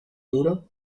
duro